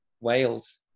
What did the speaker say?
Wales